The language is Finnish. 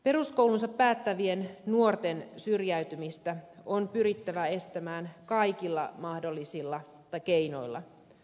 peruskoulunsa päättävien nuorten syrjäytymistä on pyrittävä estämään kaikilla mahdollisilla keinoilla